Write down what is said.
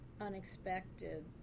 unexpected